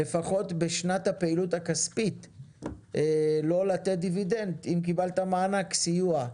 לפחות בשנת הפעילות הכספית לא לתת דיבידנד אם קיבלת מענק סיוע,